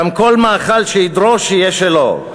וגם כל מאכל שידרוש יהיה שלו,